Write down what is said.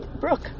Brooke